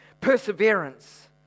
Perseverance